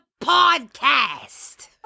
podcast